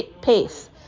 pace